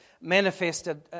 manifested